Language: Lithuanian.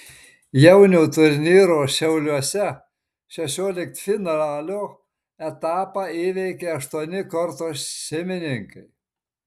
jaunių turnyro šiauliuose šešioliktfinalio etapą įveikė aštuoni korto šeimininkai